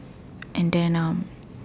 and then um